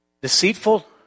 deceitful